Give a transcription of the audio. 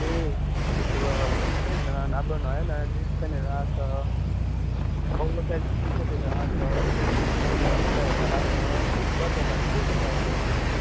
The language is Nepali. ए त्यसो भए वेस्टर्न अब नयाँ नयाँ जिन्स पेन्टहरू आएको ओभर साइज टिसर्टहरू आएको छ ट्रेडिसनलमा पनि कुर्ताहरू आएको छ तपाईँहरूलाई अब के के चाहिएको भन्नुहोस्